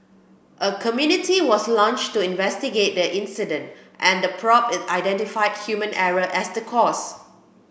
a committee was launched to investigate the incident and the probe identified human error as the cause